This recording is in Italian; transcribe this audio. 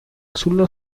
sullo